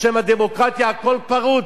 בשם הדמוקרטיה הכול פרוץ,